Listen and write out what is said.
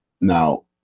now